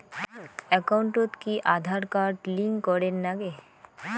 একাউন্টত কি Aadhaar card link করের নাগে?